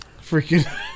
freaking